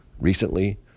recently